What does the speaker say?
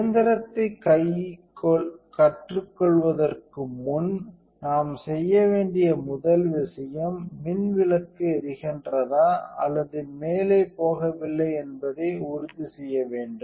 இயந்திரத்தைக் கற்றுக்கொள்வதற்கு முன் நாம் செய்ய வேண்டிய முதல் விஷயம் மின்விளக்கு எறிகின்றதா அல்லது மேலே போகவில்லை என்பதை உறுதி செய்ய வேண்டும்